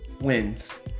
wins